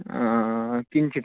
किञ्चित्